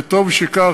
וטוב שכך,